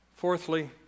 Fourthly